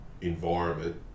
environment